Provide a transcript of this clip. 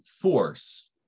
force